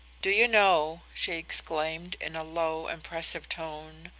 do you know she exclaimed in a low impressive tone,